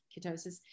ketosis